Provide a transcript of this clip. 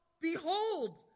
Behold